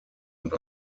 und